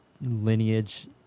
lineage